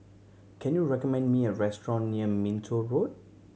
can you recommend me a restaurant near Minto Road